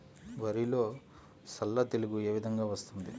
వరిలో సల్ల తెగులు ఏ విధంగా వస్తుంది?